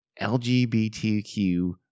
LGBTQ